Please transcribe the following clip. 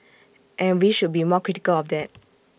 and we should be more critical of that